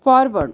forward